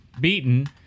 beaten